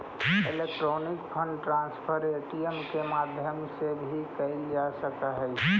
electronic fund transfer ATM के माध्यम से भी कैल जा सकऽ हइ